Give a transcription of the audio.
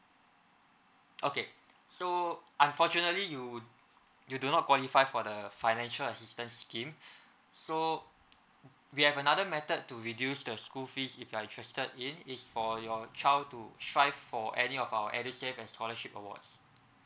okay so unfortunately you you do not qualify for the financial assistance scheme so we have another method to reduce the school fees if you are interested in is for your child to try for any of our edusave and scholarship awards